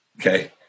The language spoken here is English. okay